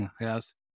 Yes